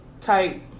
type